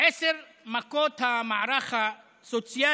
עשר מכות על המערך הסוציאלי,